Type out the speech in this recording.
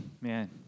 Man